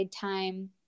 time